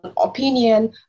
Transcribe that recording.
opinion